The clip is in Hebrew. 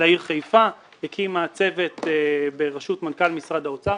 לעיר חיפה היא הקימה צוות בראשות מנכ"ל משרד האוצר,